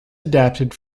adapted